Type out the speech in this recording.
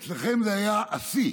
ואצלכם זה היה השיא